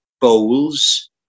bowls